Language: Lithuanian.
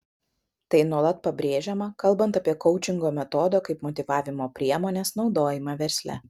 tai nuolat pabrėžiama kalbant apie koučingo metodo kaip motyvavimo priemonės naudojimą versle